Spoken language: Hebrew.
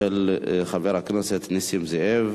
הצעה לסדר-היום מס' 8601, של חבר הכנסת נסים זאב.